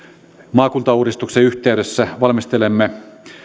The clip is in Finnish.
maakuntauudistuksen yhteydessä valmistelemme